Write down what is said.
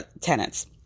tenants